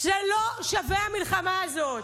זה לא שווה, המלחמה הזאת.